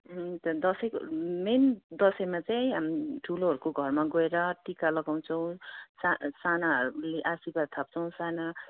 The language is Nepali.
दसैँको मेन दसैँमा चाहिँ ठुलोहरूको घरमा गएर टिका लगाउछौँ सानाहरूले आशीर्वाद थाप्छौँ साना